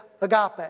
agape